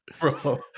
bro